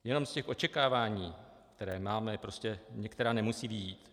Jenom z těch očekávání, které máme, prostě některá nemusí vyjít.